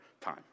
time